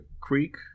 Creek